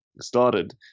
started